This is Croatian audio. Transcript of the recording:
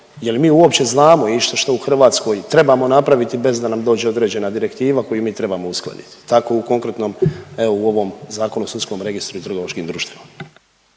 je li mi uopće znamo išta što u Hrvatskoj trebamo napraviti bez da nam dođe određena direktiva koju mi trebamo uskladiti, tako u konkretnom evo u ovom Zakonu o sudskom registru i trgovačkim društvima?